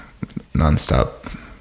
nonstop